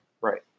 right